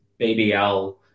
BBL